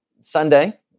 Sunday